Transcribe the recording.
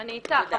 אני איתך,